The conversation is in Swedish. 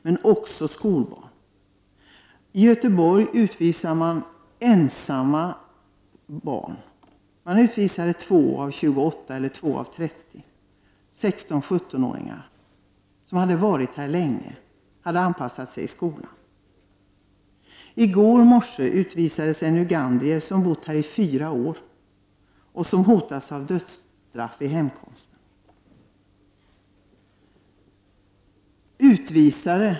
Det kan även gälla skolbarn. I Göteborg utvisar man ensamma barn. Man utvisade 2 av 28 — möjligen var det 2 av 30 — 16—17-åringar som hade varit här länge och hade anpassat sig i skolan. I går morse utvisades en ugandier som hade bott här i fyra år och som hotas av dödsstraff vid hemkomsten.